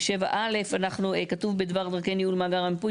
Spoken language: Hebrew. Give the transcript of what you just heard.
ב(7)(א) כתוב "בדבר דרכי ניהול מאגר המיפוי,